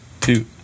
two